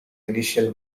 initial